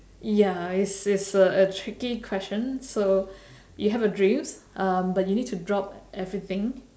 ya it's it's a a tricky question so you have your dreams uh but you need to drop everything